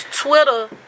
Twitter